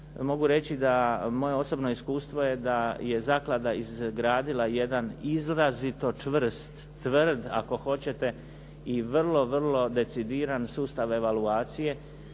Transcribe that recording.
Mogu reći da moje osobno iskustvo je da je zaklada izgradila jedan izrazito čvrst, tvrd ako hoćete i vrlo, vrlo decidiran sustav evaoluacije.